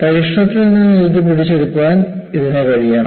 പരീക്ഷണത്തിൽ നിന്ന് ഇത് പിടിച്ചെടുക്കാൻ ഇതിന് കഴിയണം